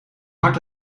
hard